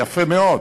יפה מאוד,